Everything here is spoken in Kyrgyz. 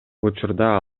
учурда